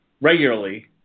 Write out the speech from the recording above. regularly